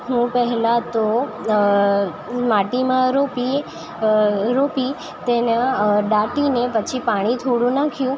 હું પહેલા તો માટીમાં રોપીએ રોપી તેના દાટીને પછી પાણી થોડું નાખ્યું